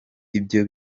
ibyo